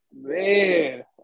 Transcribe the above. Man